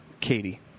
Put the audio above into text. Katie